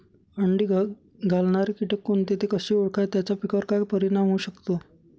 अंडी घालणारे किटक कोणते, ते कसे ओळखावे त्याचा पिकावर काय परिणाम होऊ शकतो?